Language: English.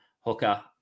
hooker